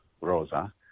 rosa